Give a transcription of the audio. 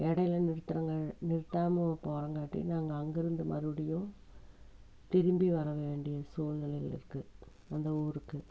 இடையில நிறுத்துகிறாங்க நிறுத்தாமல் போறது காட்டியும் நாங்கள் அங்கேருந்து மறுபடியும் திரும்பி வரவேண்டிய சூல்நிலைகள் இருக்கு அந்த ஊருக்கு